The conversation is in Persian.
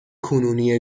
کنونی